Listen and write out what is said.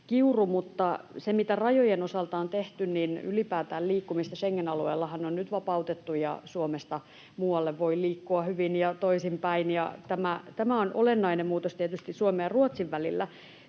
se, mitä rajojen osalta on tehty, niin ylipäätään liikkumista Schengen-alueellahan on nyt vapautettu ja Suomesta muualle voi liikkua hyvin ja toisinpäin, ja tämä on olennainen muutos tietysti Suomen ja Ruotsin välillä.